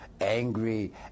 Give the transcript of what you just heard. angry